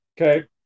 Okay